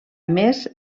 més